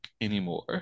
anymore